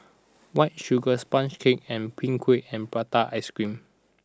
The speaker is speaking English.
White Sugar Sponge Cake and Png Kueh and Prata Ice Cream